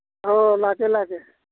ꯑꯣ ꯂꯥꯛꯀꯦ ꯂꯥꯛꯀꯦ